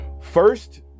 First